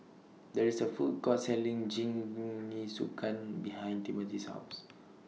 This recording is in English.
There IS A Food Court Selling Jingisukan behind Timothy's House